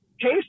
Case